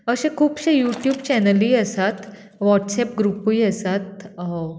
अशें खुबशे युट्यूब चॅनलूय आसात वॉट्सऍप ग्रुपूय आसात